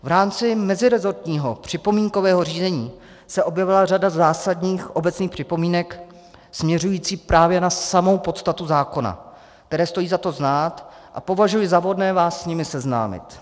V rámci meziresortního připomínkového řízení se objevila řada zásadních obecných připomínek směřujících právě na samou podstatu zákona, které stojí za to znát, a považuji za vhodné vás s nimi seznámit.